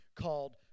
called